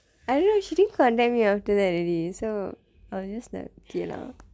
I don't know she didn't contact me after that already so I was just like okay lah